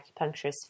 acupuncturist